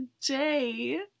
today